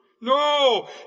No